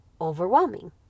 overwhelming